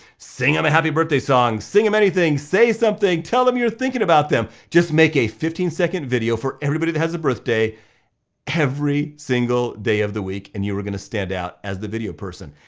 sing em a happy birthday song, sing em anything, say something, tell them you're thinking about them. just make a fifteen second video for everybody that has a birthday every single day of the week, and you are gonna stand out as the video person.